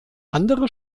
andere